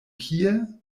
kie